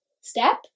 Step